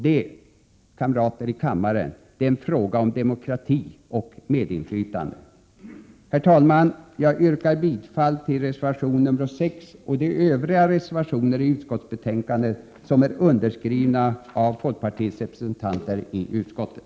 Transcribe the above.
Det är, kamrater i kammaren, en fråga om demokrati och medinflytande. Herr talman! Jag yrkar bifall till reservation nr 6 och de övriga reservationerna i utskottsbetänkandet som är underskrivna av folkpartiets representanter i utskottet.